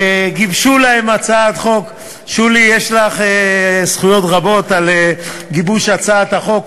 יש לך זכויות רבות בגיבוש הצעת החוק.